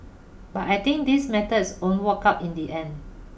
but I think these methods won't work out in the end